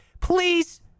Please